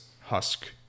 husk